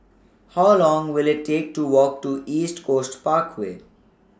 How Long Will IT Take to Walk to East Coast Parkway